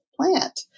plant